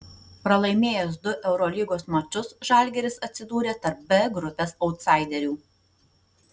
pralaimėjęs du eurolygos mačus žalgiris atsidūrė tarp b grupės autsaiderių